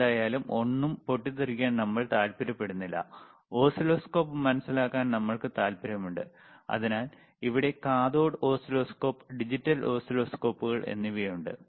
എന്തായാലും ഒന്നും പൊട്ടിത്തെറിക്കാൻ നമ്മൾക്ക് താൽപ്പര്യമില്ല ഓസിലോസ്കോപ്പ് മനസിലാക്കാൻ നമ്മൾക്ക് താൽപ്പര്യമുണ്ട് അതിനാൽ ഇവിടെ കാഥോഡ് ഓസിലോസ്കോപ്പ് ഡിജിറ്റൽ ഓസിലോസ്കോപ്പുകൾ എന്നിവയുണ്ട്